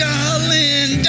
Darling